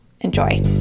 Enjoy